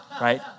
right